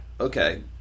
okay